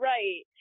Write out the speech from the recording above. Right